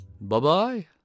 Bye-bye